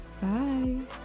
Bye